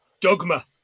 Dogma